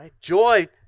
Joy